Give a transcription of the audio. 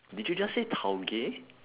did you just say tau gay